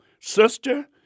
sister